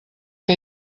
que